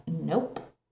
nope